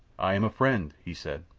i am a friend, he said.